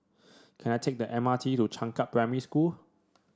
can I take the M R T to Changkat Primary School